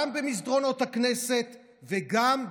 גם במסדרונות הכנסת וגם בממשלה.